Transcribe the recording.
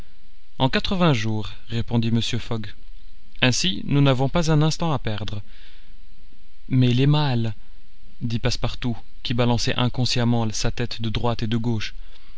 en quatre-vingts jours répondit mr fogg ainsi nous n'avons pas un instant à perdre mais les malles dit passepartout qui balançait inconsciemment sa tête de droite et de gauche